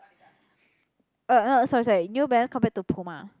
uh uh sorry sorry New Balance compared to Puma